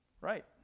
right